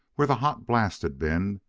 where the hot blast had been,